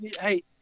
Hey